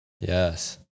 Yes